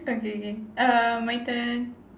okay K uh my turn